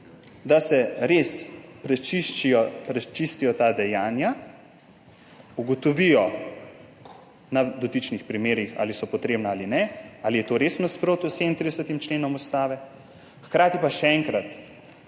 da se res prečistijo ta dejanja, ugotovi na dotičnih primerih, ali so potrebna ali ne, ali je to res v nasprotju s 37. členom Ustave. Hkrati pa še enkrat,